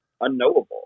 unknowable